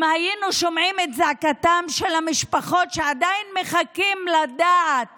אם היינו שומעים את זעקתן של המשפחות ששם עדיין מחכים לדעת